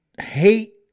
hate